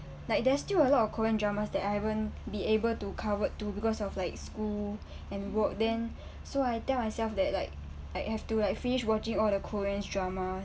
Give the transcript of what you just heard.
like there's still a lot of korean dramas that I haven't be able to covered too because of like school and work then so I tell myself that like like you have to like finish watching all the koreans drama